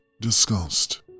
disgust